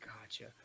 Gotcha